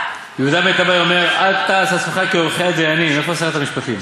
יהודה בן טבאי אומר: אל תעש עצמך כעורכי הדיינים" איפה שרת המשפטים?